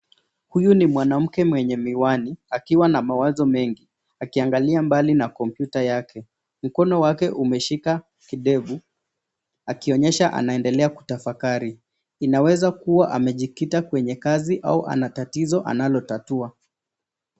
Huyu ni mwanamke mwenye miwani, akiwa na mawazo mengi, akiangalia mbali na kompyuta yake, mkono wake umeshika kidevu, akionyesha anaendelea kutafakari. Inaweza kua amejikita kwenye kazi au ana tatizo analotatua.